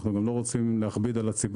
אנחנו גם לא רוצים להכביד על הציבור.